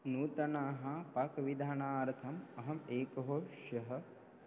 नूतनाः पाकविधानार्थम् अहम् एकः होश्यः